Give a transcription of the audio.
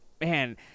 man